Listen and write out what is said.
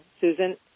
Susan